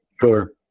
Sure